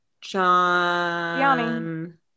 John